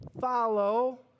Follow